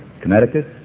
Connecticut